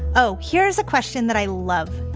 oh, here's a question that i love.